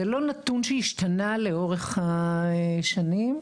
זה לא נתון שהשתנה לאורך השנים,